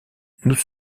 nous